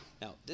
Now